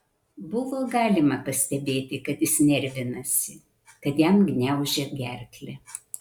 buvo galima pastebėti kad jis nervinasi kad jam gniaužia gerklę